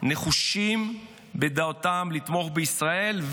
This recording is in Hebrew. נחושים בדעתם לתמוך בישראל.